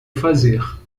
fazer